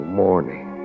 morning